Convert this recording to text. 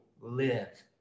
live